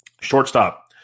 Shortstop